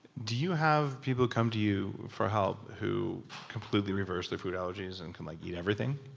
do you have people come to you for help who completely reverse their food allergies and can like eat everything?